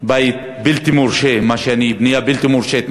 בית בלתי מורשה, מה שאני קורא בנייה בלתי מורשית.